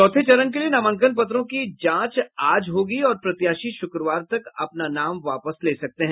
चौथे चरण के लिए नामांकन पत्रों की जांच आज होगी और प्रत्याशी शुक्रवार तक अपना नाम वापस ले सकते हैं